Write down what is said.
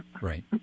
Right